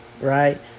right